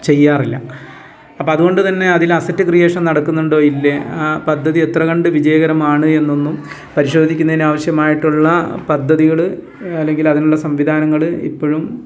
ചെയ്യാറില്ല അപ്പം അതു കൊണ്ടു തന്നെ അതിൽ അസറ്റ് ക്രിയേഷൻ നടക്കുന്നുണ്ടോ ഇല്ലേ ആ പദ്ധതി എത്ര കണ്ട് വിജയകരമാണ് എന്നൊന്നും പരിശോധിക്കുന്നതിന് ആവശ്യമായിട്ടുള്ള പദ്ധതികൾ അല്ലെങ്കിൽ അതിനുള്ള സംവിധാനങ്ങൾ ഇപ്പോഴും